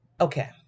okay